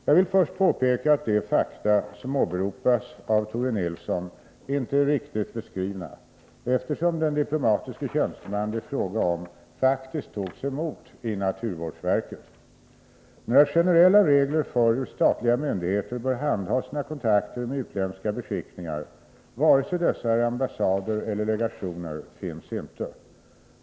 Jag vill först påpeka att de fakta som åberopas av Tore Nilsson inte är riktigt beskrivna, eftersom den diplomatiske tjänsteman det är fråga om faktiskt togs emot i naturvårdsverket. Några generella regler för hur statliga myndigheter bör handha sina kontakter med utländska beskickningar, vare sig dessa är ambassader eller legationer, finns inte.